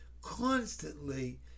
constantly